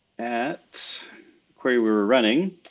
at query, we were running,